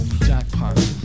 jackpot